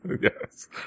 Yes